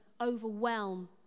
overwhelm